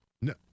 no